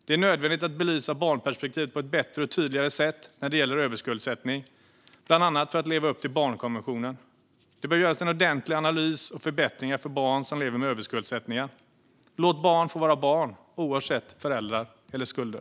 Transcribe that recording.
Det är nödvändigt att belysa barnperspektivet på ett bättre och tydligare sätt när det gäller överskuldsättning, bland annat för att leva upp till barnkonventionen. Det bör göras en ordentlig analys och förbättringar för barn som lever med överskuldsättningen. Låt barn få bara barn oavsett föräldrar eller skulder.